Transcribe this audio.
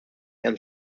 and